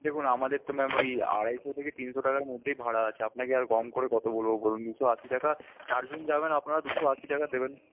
দেখুন আমাদের তো ম্যাম ঐ আড়াইশো থেকে তিনশো টাকার মধ্যেই ভাড়া আছে আপনাকে কম করে কত বলবো বলুন দুশো আশি টাকা চার জন যাবেন আপনারা দুশো আশি টাকা দেবেন